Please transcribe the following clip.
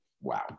wow